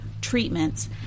treatments